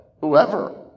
whoever